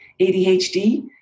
ADHD